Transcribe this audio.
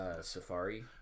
Safari